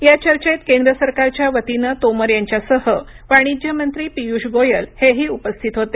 या चर्चेत केंद्र सरकारच्या वतीनं तोमर यांच्यासह वाणिज्य मंत्री पियुष गोयल हेही उपस्थित होते